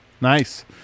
Nice